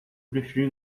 prefiro